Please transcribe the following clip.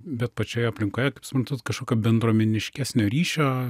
bet pačioje aplinkoje kaip suprantu kažkokio bendruomeniškesnio ryšio